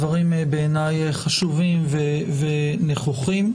דברים חשובים בעיניי ונכוחים.